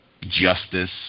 justice